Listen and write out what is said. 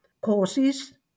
courses